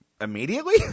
immediately